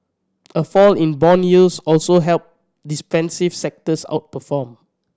a fall in bond yields also helped defensive sectors outperform